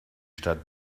stadt